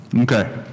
Okay